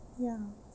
ya